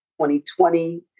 2020